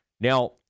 Now